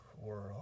world